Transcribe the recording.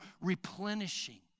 replenishing